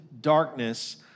darkness